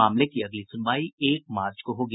मामले की अगली सुनवाई एक मार्च को होगी